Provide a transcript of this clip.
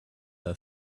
her